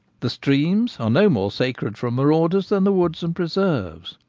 the streams are no more sacred from marauders than the woods and preserves.